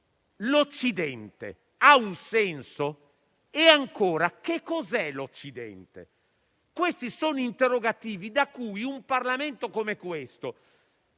l'Occidente ha un senso? E ancora, che cos'è l'Occidente? Sono interrogativi da cui un Parlamento come questo,